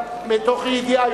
מתוך אי-ידיעה,